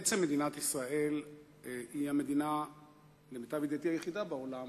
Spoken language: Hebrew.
בעצם מדינת ישראל היא המדינה היחידה בעולם,